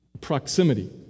Proximity